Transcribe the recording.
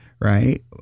Right